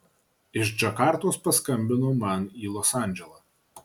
iš džakartos paskambino man į los andželą